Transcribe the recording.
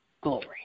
glory